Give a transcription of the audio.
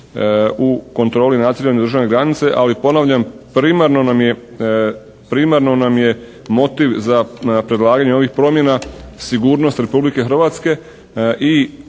u kontroli i nadziranju državne granice ali ponavljam primarno nam je, primarno nam je motiv za predlaganje ovih promjena sigurnost Republike Hrvatske i